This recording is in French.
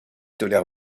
tolère